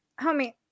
homie